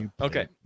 okay